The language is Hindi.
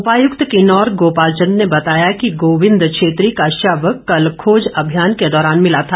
उपायुक्त किन्नौर गोपाल चंद ने बताया कि गोविंद छेत्री का शव कल खोज अभियान के दौरान मिला था